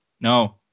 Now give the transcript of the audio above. No